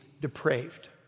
depraved